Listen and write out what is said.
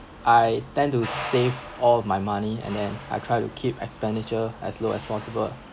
I tend to save all my money and then I try to keep expenditure as low as possible